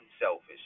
selfish